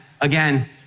again